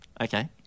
Okay